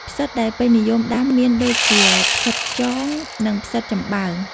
ផ្សិតដែលពេញនិយមដាំមានដូចជា ផ្សិតខ្យង និង ផ្សិតចំបើង។